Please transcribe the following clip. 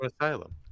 Asylum